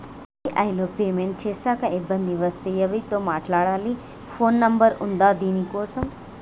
UPI లో payment చేశాక ఇబ్బంది వస్తే ఎవరితో మాట్లాడాలి? ఫోన్ నంబర్ ఉందా దీనికోసం?